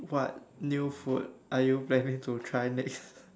what new food are you planning to try next